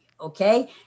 okay